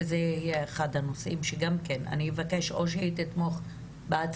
וזה יהיה אחד הנושאים שגם כן אני אבקש או שהיא תתמוך בהצעת